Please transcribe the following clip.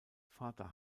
vater